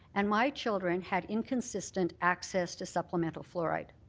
and my children had inconsistent access to supplemental fluoride.